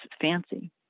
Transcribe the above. fancy